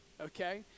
okay